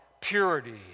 purity